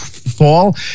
fall